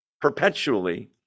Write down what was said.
perpetually